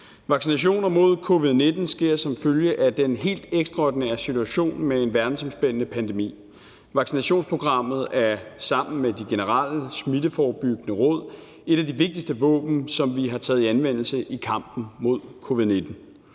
Vaccinationer mod covid-19 sker som følge af den helt ekstraordinære situation med en verdensomspændende pandemi. Vaccinationsprogrammet er sammen med de generelle smitteforebyggende råd et af de vigtigste våben, som vi har taget i anvendelse i kampen mod covid-19.